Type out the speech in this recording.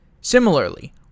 Similarly